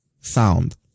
sound